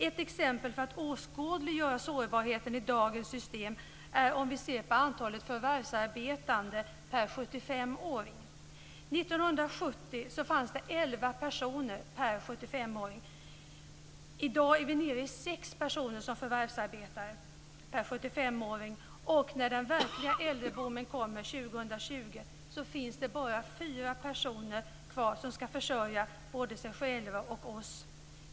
Ett exempel som kan åskådliggöra sårbarheten i dagens system är att se på antalet förvärvsarbetande per 75-åring. År 75-åring. I dag är vi nere i sex. När den verkliga äldreboomen kommer år 2020 finns det bara fyra förvärvsarbetande personer kvar per 75-åring som skall försörja både sig själva och oss.